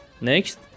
Next